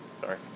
Sorry